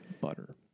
butter